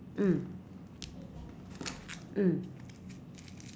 mm mm